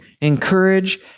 encourage